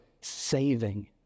saving